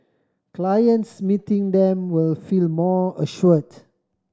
clients meeting them will feel more assured